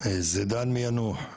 זידאן מיאנוח,